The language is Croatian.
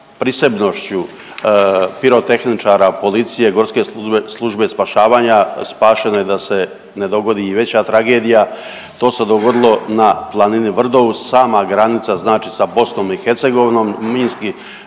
prisebnošću pirotehničara, policije, Gorske službe spašavanja spašeno je da se ne dogodi i veća tragedija. To se dogodilo na Planini Vrdovu, sama granica sa BiH minski